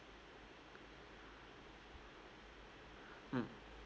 mm